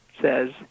says